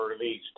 released